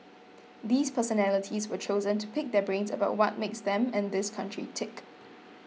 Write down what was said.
these personalities were chosen to pick their brains about what makes them and this country tick